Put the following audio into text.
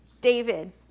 David